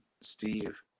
Steve